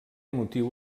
motiu